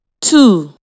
two